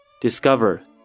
Discover